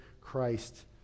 Christ